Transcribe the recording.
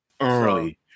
Early